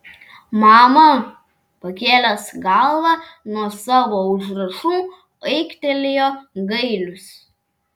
mama pakėlęs galvą nuo savo užrašų aiktelėjo gailius